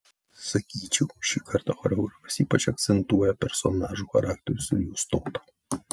sakyčiau šį kartą choreografas ypač akcentuoja personažų charakterius ir jų stotą